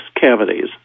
cavities